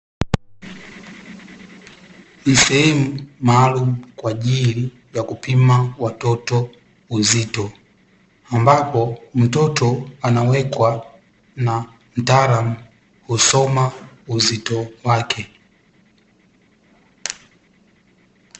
Ni sehemu maalumu kwa ajili ya kupima watoto uzito, ambapo mtoto anawekwa na mtaalamu husoma uzito wake.